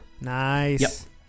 Nice